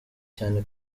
cyane